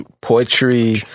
poetry